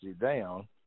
down